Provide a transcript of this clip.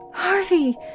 Harvey